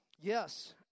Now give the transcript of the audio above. yes